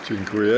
Dziękuję.